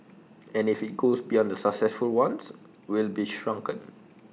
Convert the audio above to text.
and if IT goes beyond the successful ones we'll be shrunken